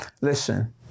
listen